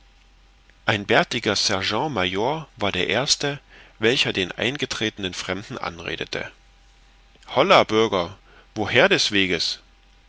ein bärtiger sergent major war der erste welcher den eingetretenen fremden anredete holla bürger woher des weges